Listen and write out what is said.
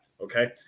Okay